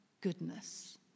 goodness